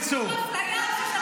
שתמנעו מהם?